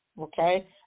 Okay